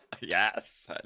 Yes